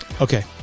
Okay